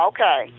Okay